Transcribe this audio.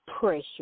pressure